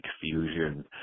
fusion